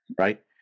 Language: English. Right